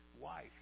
wife